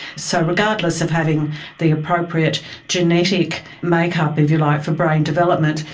so regardless of having the appropriate genetic make-up, if you like, for brain development,